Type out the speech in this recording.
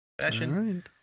Fashion